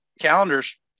calendars